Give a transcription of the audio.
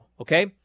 okay